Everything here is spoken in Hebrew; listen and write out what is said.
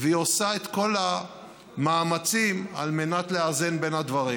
והיא עושה את כל המאמצים על מנת לאזן בין הדברים.